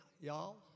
y'all